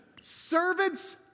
servants